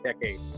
decade